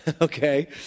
okay